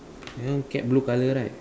this one cat blue colour right